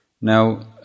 Now